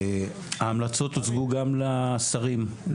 ההמלצות הוצגו גם לשרים.